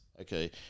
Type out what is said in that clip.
Okay